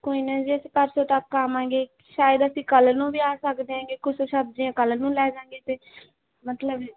ਕੋਈ ਨਾ ਜੀ ਅਸੀਂ ਪਰਸੋਂ ਤੱਕ ਆਵਾਂਗੇ ਸ਼ਾਇਦ ਅਸੀਂ ਕੱਲ ਨੂੰ ਵੀ ਆ ਸਕਦੇ ਐਂਗੇ ਕੁਛ ਸਬਜ਼ੀਆਂ ਕੱਲ ਨੂੰ ਲੈ ਜਾਵਾਂਗੇ ਅਤੇ ਮਤਲਬ